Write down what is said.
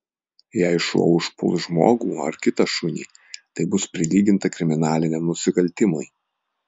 jei šuo užpuls žmogų ar kitą šunį tai bus prilyginta kriminaliniam nusikaltimui